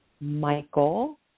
Michael